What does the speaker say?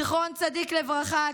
זיכרון צדיק לברכה,